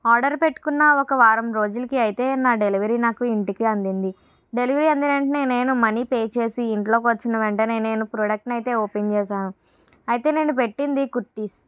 order పెట్టుకున్న ఒక వారం రోజులకి అయితే నా డెలివరీ నాకు ఇంటికి అందింది డెలివరీ అందిన వెంటనే నేను మనీ పే చేసి ఇంట్లోకి వచ్చిన వెంటనే నేను ప్రోడక్ట్ని ఓపెన్ చేసాను అయితే నేను పెట్టింది కుర్తీస్